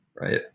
Right